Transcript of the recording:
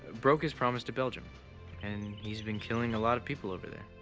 broke his promise to belgium and he's been killing a lot of people over there.